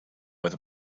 with